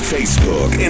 Facebook